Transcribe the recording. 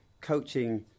coaching